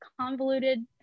convoluted